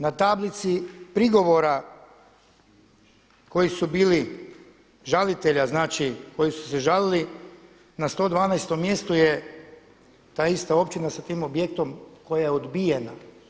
Na tablici prigovora koji su bili, žalitelja znači koji su se žalili na 112 mjestu je ta ista općina sa tim objektom koja je odbijena.